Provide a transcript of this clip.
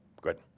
Good